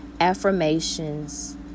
affirmations